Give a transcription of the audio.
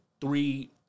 three